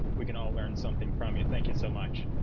we can all learn something from you. thank you so much.